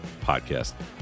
Podcast